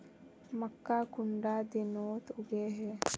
मक्का कुंडा दिनोत उगैहे?